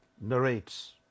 narrates